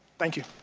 thank you.